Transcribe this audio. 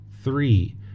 three